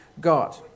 God